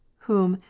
whom,